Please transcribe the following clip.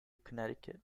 connection